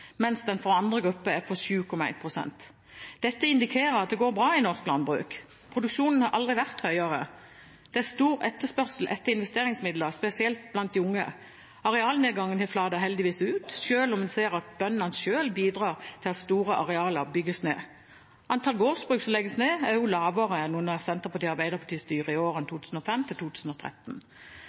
mens den for andre grupper er på 7,1 pst. Dette indikerer at det går bra i norsk landbruk. Produksjonen har aldri vært høyere. Det er stor etterspørsel etter investeringsmidler, spesielt blant de unge, og arealnedgangen flater heldigvis ut, selv om vi ser at bøndene selv bidrar til at store arealer bygges ned. Antall gårdsbruk som legges ned, er også lavere enn under Senterpartiet, SV og Arbeiderpartiets styre i årene